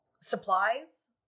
supplies